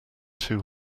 too